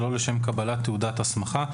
שלא לשם קבלת תעודת הסמכה,